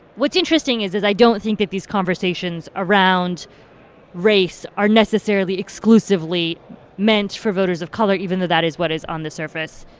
what's interesting is is i don't think that these conversations around race are necessarily exclusively meant for voters of color, even though that is what is, on the surface,